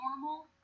normal